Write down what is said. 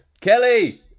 Kelly